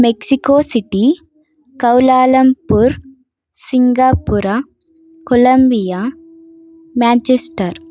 Mexico city Kuala Lumpur Singapore Columbia Manchester